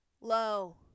Low